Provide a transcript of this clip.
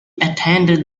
attended